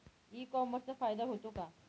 E कॉमर्सचा फायदा होतो का?